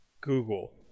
Google